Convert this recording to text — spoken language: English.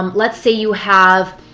um let's say you have